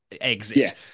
exit